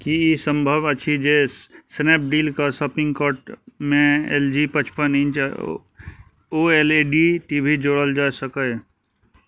की ई सम्भव अछि जे स्नैपडीलके शॉपिंग कार्टमे एल जी पचपन inch O L E D T V जोड़ल जा सकय